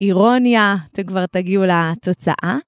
אירוניה, אתם כבר תגיעו לתוצאה.